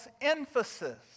emphasis